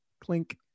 Clink